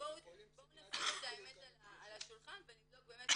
בואו נשים את האמת על השולחן ונבדוק באמת